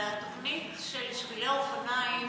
התוכנית של שבילי האופניים